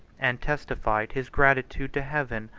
and testified his gratitude to heaven,